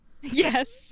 Yes